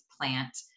plant